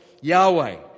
Yahweh